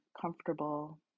comfortable